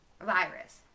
virus